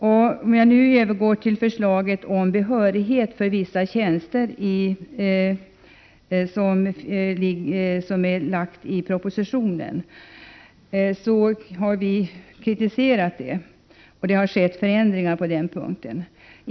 I propositionen finns ett förslag om behörighet för vissa tjänster. Vi har kritiserat detta, och det har skett förändringar på den punkten.